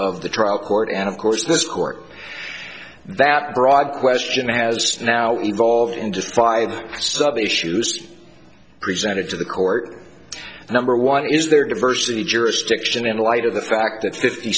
of the trial court and of course this court that broad question has now evolved in just five sub issues presented to the court number one is there diversity jurisdiction in light of the fact that fifty